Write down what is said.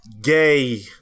gay